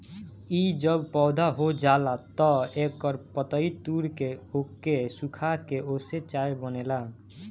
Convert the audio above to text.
इ जब पौधा हो जाला तअ एकर पतइ तूर के ओके सुखा के ओसे चाय बनेला